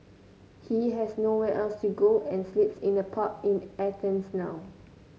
he has nowhere else to go and sleeps in a park in Athens now